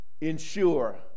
ensure